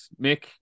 Mick